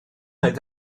oedd